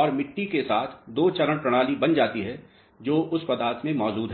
और खनिजों के साथ दो चरण प्रणाली बन जाती है जो उस पदार्थ में मौजूद हैं